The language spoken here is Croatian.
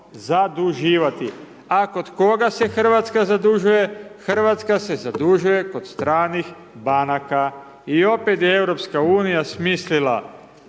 zaduživati, a kod koga se Hrvatska zadužuje, Hrvatska se zadužuje kod stranih banaka. I opet je EU smislila